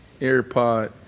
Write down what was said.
AirPod